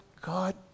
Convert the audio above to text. God